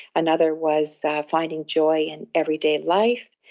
another was finding joy in everyday life.